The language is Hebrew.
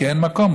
כי אין מקום,